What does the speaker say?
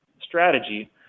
strategy